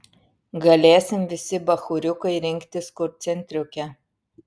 galėsim visi bachūriukai rinktis kur centriuke